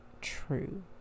true